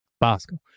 Basco